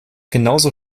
genauso